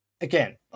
again